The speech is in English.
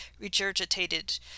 regurgitated